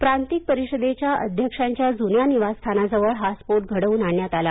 प्रांतिक परिषदेच्या अध्यक्षांच्या जुन्या निवासस्थानाजवळ हा स्फोट घडवून आणण्यात आला